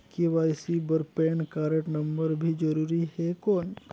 KYC बर PAN card number भी जरूरी हे कौन?